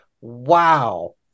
Wow